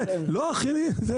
לא אחיינים.